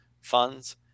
funds